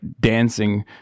dancing